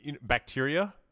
bacteria